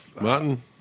Martin